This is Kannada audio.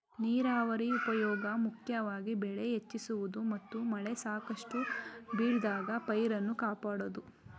ನೀರಾವರಿ ಉಪ್ಯೋಗ ಮುಖ್ಯವಾಗಿ ಬೆಳೆ ಹೆಚ್ಚಿಸುವುದು ಮತ್ತು ಮಳೆ ಸಾಕಷ್ಟು ಬೀಳದಾಗ ಪೈರನ್ನು ಕಾಪಾಡೋದು